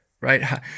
right